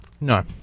No